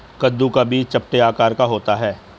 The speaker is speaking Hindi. कद्दू का बीज चपटे आकार का होता है